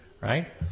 right